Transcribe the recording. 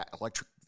electric